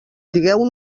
digueu